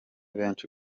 benshi